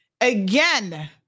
again